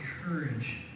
courage